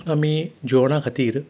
हातून आमी जेवणा खातीर